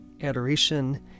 adoration